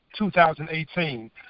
2018